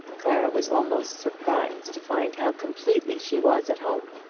clara was almost surprised to find how completely she was at home.